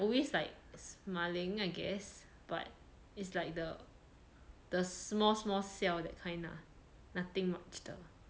I'm always like smiling I guess but is it's like the the small small 笑 that kind lah nothing much 的